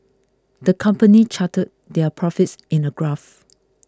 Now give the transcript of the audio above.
the company charted their profits in a graph